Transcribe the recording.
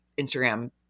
Instagram